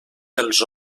dels